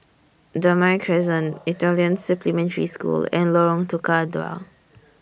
Damai Crescent Italian Supplementary School and Lorong Tukang Dua